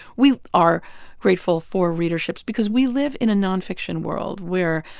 we are grateful for readerships because we live in a nonfiction world where,